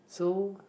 so